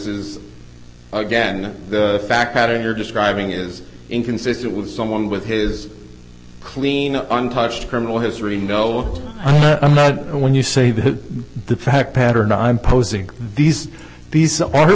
is again a fact pattern you're describing is inconsistent with someone with his clean untouched criminal history know when you say the fact pattern i'm posing these these are